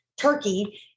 Turkey